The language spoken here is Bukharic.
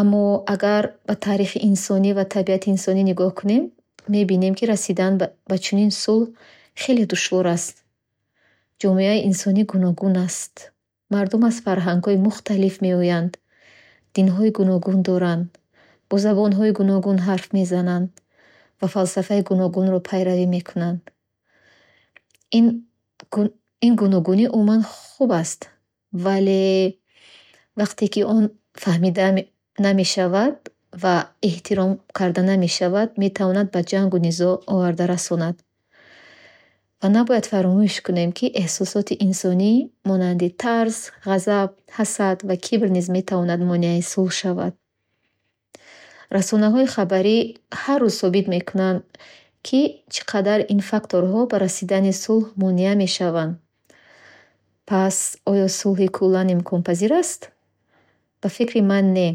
Аммооо агар ба таърихи инсонӣ ва табиати инсонӣ нигоҳ кунем, мебинем, ки расидан ба чунин сулҳ хеле душвор аст. Ҷомеаи инсонӣ гуногун аст. Мардум аз фарҳангҳои мухталиф меоянд, динҳои гуногун доранд, бо забонҳои гуногун ҳарф мезананд ва фалсафаи гуногунро пайравӣ мекунанд. Ин гун- гуногунӣ умуман хуб аст, валее вақте ки он фаҳмида намешавад ва эҳтиром карда намешавад, метавонад ба ҷангу низоъ оварда расонад. Ва набояд фаромӯш кунем, ки эҳсосоти инсонӣ, монанди тарс, ғазаб, ҳасад ва кибр низ метавонанд монеаи сулҳ шаванд. Расонаҳои ҳабарӣ ҳар рӯз собит мекунанд, ки чӣ қадар ин факторҳо ба расидани сулҳ монеа мешаванд. Пас, оё сулҳи куллан имконпазир аст? Ба фикри ман не.